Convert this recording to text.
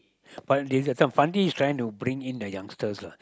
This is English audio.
but this that one Fandi is trying to bring in the youngsters lah